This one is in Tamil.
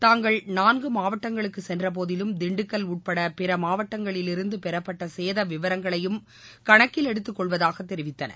தாங்கள் நான்கு மாவட்டங்களுக்கு சென்றபோதிலும் திண்டுக்கல் உட்பட பிற மாவட்டங்களிலிருந்து பெறப்பட்ட சேத விவரங்களையும் கணக்கில் எடுத்துக்கொள்வதாக தெரிவித்தனர்